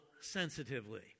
sensitively